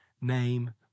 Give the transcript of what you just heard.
name